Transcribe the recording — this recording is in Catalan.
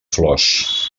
flors